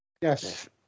Yes